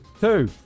Two